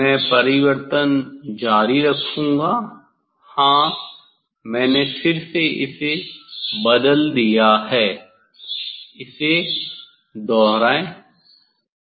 मैं परिवर्तन जारी रखूंगा हां मैंने फिर से इसे बदल दिया है इसे दोहराए